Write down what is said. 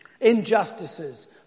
injustices